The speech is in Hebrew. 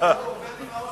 לא הוא אומר לי,